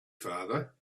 farther